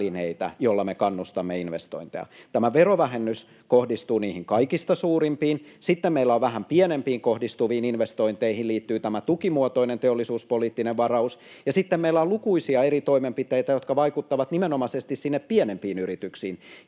joilla me kannustamme investointeja. Tämä verovähennys kohdistuu niihin kaikista suurimpiin, sitten meillä vähän pienempiin investointeihin liittyy tämä tukimuotoinen teollisuuspoliittinen varaus, ja sitten meillä on lukuisia eri toimenpiteitä, jotka vaikuttavat nimenomaisesti sinne pienempiin yrityksiin.